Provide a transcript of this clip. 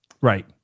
Right